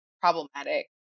problematic